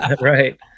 Right